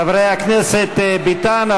חברי הכנסת ביטן,